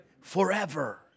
Forever